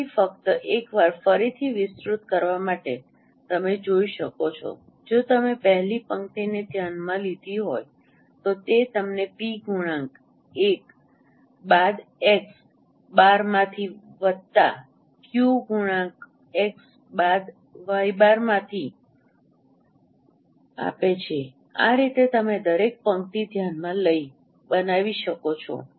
તેથી ફક્ત એકવાર ફરીથી વિસ્તૃત કરવા માટે તમે જોઈ શકો છો કે જો તમે પહેલી પંક્તિને ધ્યાનમાં લીધી હોય તો તે તમને p ગુણાકાર 1 બાદ x બારમાંથી વત્તા ક્યૂ ગુણાકાર 1 બાદ વાય બારમાંથી આપે છે અને આ રીતે તમે દરેક પંક્તિ ધ્યાનમાં લઈ બનાવી શકો છો